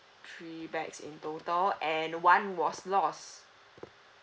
three bags in total and one was lost